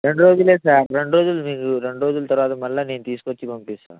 రెండు రోజులు సార్ రెండు రోజులు మీకు రెండు రోజుల తరువాత మరల నేను తీసుకొచ్చి పంపిస్తాను